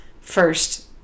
first